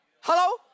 hello